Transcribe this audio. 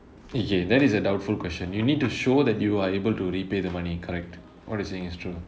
okay that is a doubtful question you need to show that you are able to repay the money correct [what] you're saying is true